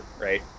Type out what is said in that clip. right